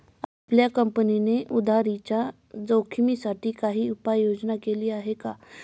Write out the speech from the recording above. आपल्या कंपनीने उधारीच्या जोखिमीसाठी काही उपाययोजना केली आहे का?